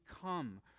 come